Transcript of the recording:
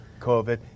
COVID